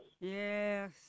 Yes